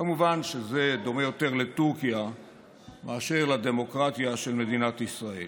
כמובן שזה דומה יותר לטורקיה מאשר לדמוקרטיה של מדינת ישראל.